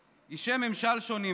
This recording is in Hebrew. סדרנים,